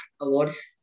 awards